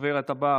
הדוברת הבאה,